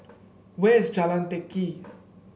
where is Jalan Teck Kee